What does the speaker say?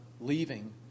leaving